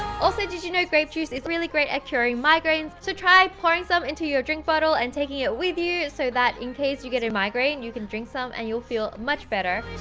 also, did you know grape juice is really great at curing migraines? so, try pouring some into your drink bottle, and taking it with you, so in case, you get a migraine, you can drink some, and you'll feel much better!